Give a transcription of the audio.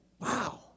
Wow